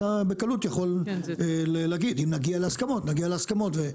אתה בקלות יכול להגיד אם נגיע להסכמת נגיד להסכמות ונשנה.